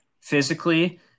physically